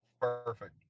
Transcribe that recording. Perfect